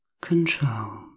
control